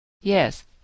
Yes